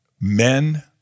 men